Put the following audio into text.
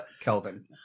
Kelvin